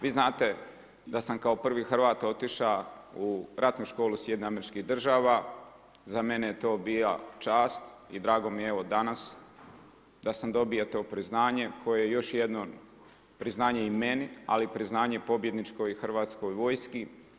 Vi znate da sam kao prvi Hrvat otišao u Ratnu školu SAD-a, za mene je to bila čast i drago mi je evo danas da sam dobio to priznanje koje je još jedno priznanje i meni, ali priznanje i pobjedničkoj Hrvatskoj vojski.